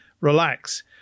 relax